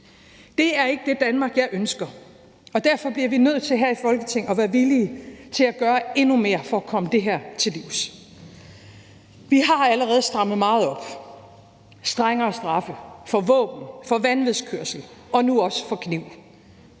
Det er ikke det Danmark, jeg ønsker, og derfor bliver vi nødt til her i Folketinget at være villige til at gøre endnu mere for at komme det her til livs. Kl. 09:11 Vi har allerede strammet meget op med strengere straffe for våben, for vanvidskørsel og nu også for at